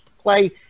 play